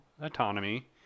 autonomy